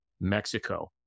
Mexico